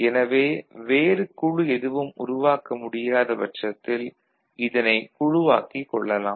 எனவே வேறு குழு எதுவும் உருவாக்க முடியாத பட்சத்தில் இதனை குழுவாக்கிக் கொள்ளலாம்